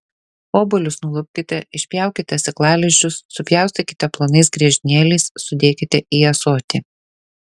obuolius nulupkite išpjaukite sėklalizdžius supjaustykite plonais griežinėliais sudėkite į ąsotį